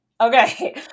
Okay